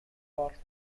والت